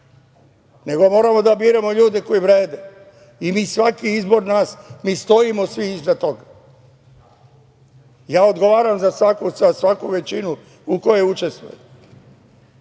nego moramo da biramo ljude koji vrede i svaki izbor nas mi stojimo iza toga. Odgovaram za svaku većinu u kojoj učestvujem.